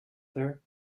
there